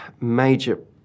major